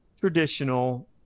traditional